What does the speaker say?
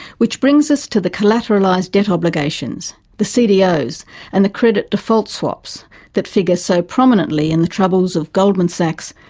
which brings us to the collateralised debt obligations, the cdos and the credit default swaps that figure so prominently in the troubles of goldman sachs,